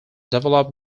develop